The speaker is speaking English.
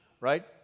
Right